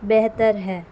بہتر ہیں